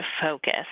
focus